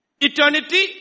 Eternity